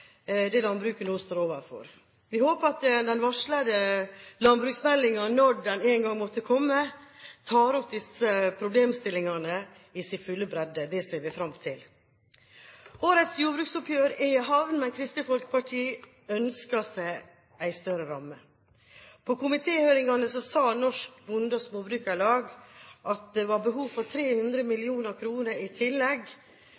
landbruket nå står overfor. Vi håper at den varslede landbruksmeldingen – når den en gang måtte komme – tar opp disse problemstillingene i sin fulle bredde. Det ser vi fram til. Årets jordbruksoppgjør er i havn, men Kristelig Folkeparti hadde ønsket seg en større ramme. På komitéhøringen sa Norsk Bonde- og Småbrukarlag at det var behov for 300